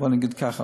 בוא נגיד ככה,